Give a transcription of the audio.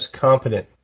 competent